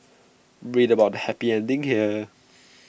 read about the happy ending here